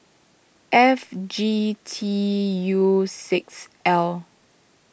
F G T U six L